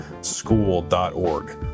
school.org